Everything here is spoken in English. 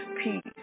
Peace